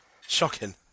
Shocking